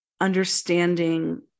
understanding